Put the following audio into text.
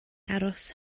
aros